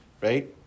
right